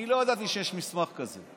אני לא ידעתי שיש מסמך כזה.